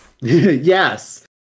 Yes